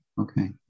Okay